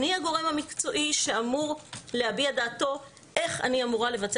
אני הגורם המקצועי שאמור להביע את דעתו איך אני אמורה לבצע